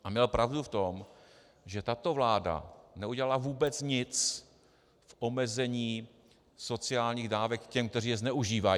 A měl pravdu v tom, že tato vláda neudělala vůbec nic v omezení sociálních dávek těm, kteří je zneužívají.